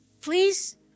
please